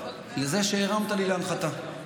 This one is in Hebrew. זה שהרמת לי להנחתה,